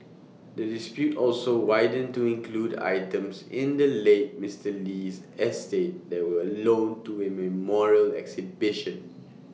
the dispute also widened to include items in the late Mister Lee's estate that were loaned to A memorial exhibition